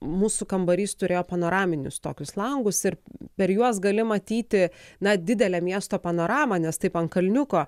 mūsų kambarys turėjo panoraminius tokius langus ir per juos gali matyti na didelę miesto panoramą nes taip ant kalniuko